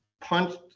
punched